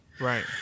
Right